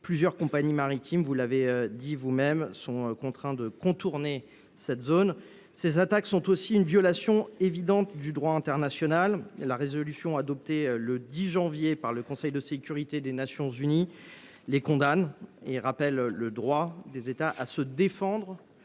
Plusieurs compagnies maritimes, vous l’avez dit, sont contraintes de contourner cette zone. Ces attaques sont aussi une violation évidente du droit international. La résolution adoptée le 10 janvier dernier par le Conseil de sécurité des Nations unies les condamne et rappelle le droit des États à se défendre.